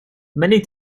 many